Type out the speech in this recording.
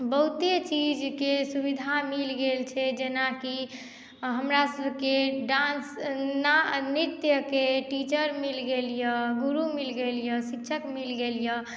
बहुते चीजके सुविधा मिल गेल छै जेना कि हमरा सबके डान्स ना नृत्यके टीचर मिल गेल यऽ गुरू मिल गेल यऽ शिक्षक मिल गेल यऽ